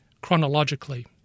chronologically